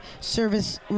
service